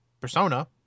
Persona